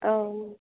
अ